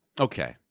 Okay